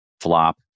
flop